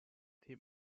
team